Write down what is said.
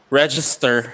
register